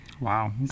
Wow